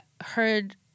heard